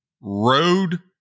road